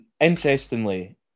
interestingly